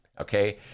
okay